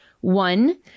One